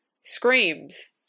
screams